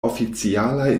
oficialaj